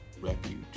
Refuge